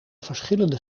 verschillende